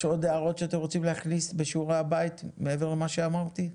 יש עוד הערות שאתם רוצים להכניס בשעורי הבית מעבר למה שאמרתי?